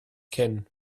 cyn